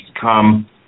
come